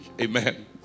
Amen